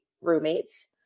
roommates